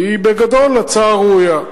היא בגדול הצעה ראויה.